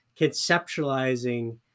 conceptualizing